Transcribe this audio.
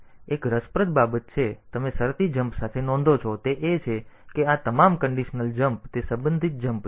તેથી એક રસપ્રદ બાબત જે તમે શરતી જમ્પ સાથે નોંધો છો તે એ છે કે આ તમામ કન્ડિશનલ જમ્પ તે સંબંધિત જમ્પ છે